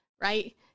right